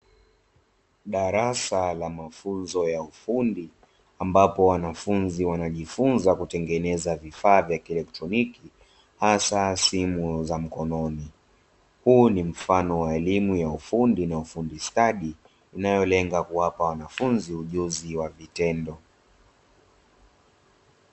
Darasa la mafunzo ya ufundi ambapo wanafunzi wanajifunza kutengeneza vifaa vya kielektroniki hasa simu za mkononi, huu ni mfano wa elimu ya ufundi na ufundi stadi inayolenga kuwapa wanafunzi ujuzi wa vitendo.